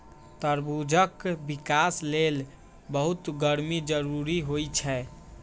तरबूजक विकास लेल बहुत गर्मी जरूरी होइ छै